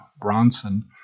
Bronson